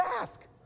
ask